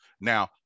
Now